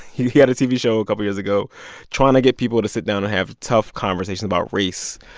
he he had a tv show a couple years ago trying to get people to sit down and have tough conversations about race.